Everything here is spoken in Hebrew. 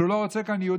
שהוא לא רוצה פה יהודים,